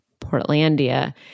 Portlandia